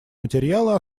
материала